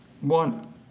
One